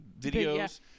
videos